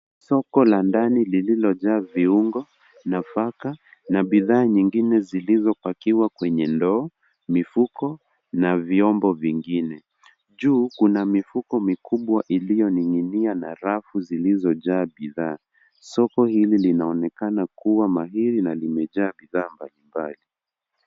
Soko la ndani lililojaa viungo, nafaka, na bidhaa nyingine zilizopakiwa kwenye ndoo, mifuko, na vyombo vingine. Juu, kuna mifuko mikubwa iliyoning'inia na rafu zilizojaa bidhaa. Soko hili linaonekana kuwa mahiri na limejaa bidhaa mbalimbali.